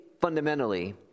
fundamentally